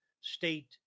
state